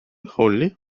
hollie